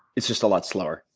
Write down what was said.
it's just a lot slower.